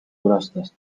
külastas